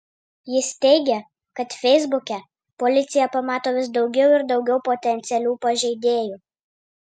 jis teigia kad feisbuke policija pamato vis daugiau ir daugiau potencialių pažeidėjų